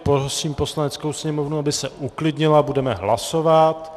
Prosím Poslaneckou sněmovnu, aby se uklidnila, budeme hlasovat.